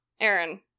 Aaron